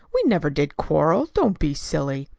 we never did quarrel. don't be silly.